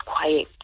quiet